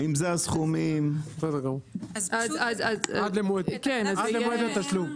עד למועד התשלום.